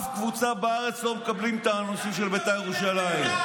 באף קבוצה בארץ לא מקבלים את העונשים של ביתר ירושלים.